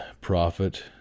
prophet